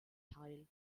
teil